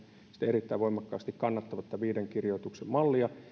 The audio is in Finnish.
erittäin voimakkaasti kannattavat viiden kirjoituksen mallia